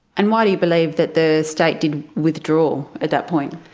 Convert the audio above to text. and why do you believe that the state did withdraw at that point?